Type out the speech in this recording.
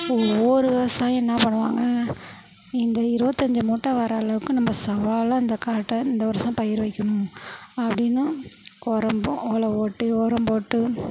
ஒவ்வொரு விவசாயி என்ன பண்ணுவாங்க இந்த இருபத்தஞ்சி மூட்டை வர்ற அளவுக்கு நம்ம சவாலாக இந்த காட்டை இந்த வருடம் பயிர் வைக்கணும் அப்படினு உரம் போ ஒழவு ஓட்டி உரம் போட்டு